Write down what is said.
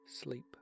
Sleep